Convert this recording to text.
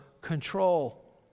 Control